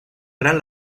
gran